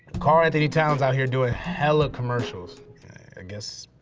karl-anthony towns out here doing hella commercials. i guess.